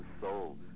Soul